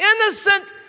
innocent